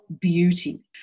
beauty